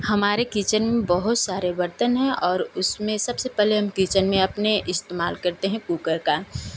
हमारे किचन में बहुत सारे बर्तन हैं और उसमें सबसे पहले हम किचन में अपने इस्तेमाल करते हैं कुकर का